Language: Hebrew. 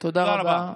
תודה רבה.